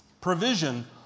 Provision